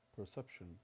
perception